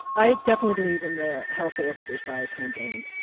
i definitely believe in the health at every size campaign.